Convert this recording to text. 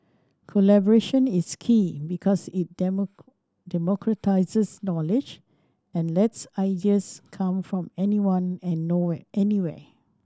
collaboration is key because it democratises knowledge and lets ideas come from anyone and nowhere anywhere